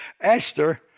Esther